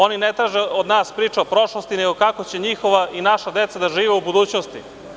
Oni ne traže od nas priče o prošlosti, nego kako će njihova i naša deca da žive u budućnosti.